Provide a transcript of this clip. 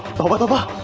tauba tauba.